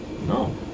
No